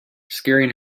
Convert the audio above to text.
scaring